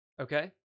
Okay